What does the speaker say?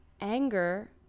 anger